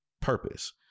purpose